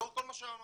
לאור כל מה שאמרנו.